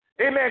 Amen